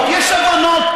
יש הבנות,